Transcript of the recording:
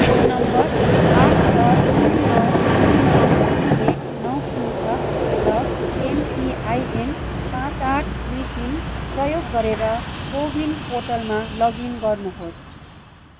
phone नम्बर आठ छ तिन नौ दुई नौ दुई एक नौ तिन छ र एमपिआइएन पाँच आठ दुई तिन प्रयोग गरेर को विन पोर्टलमा लगइन गर्नुहोस्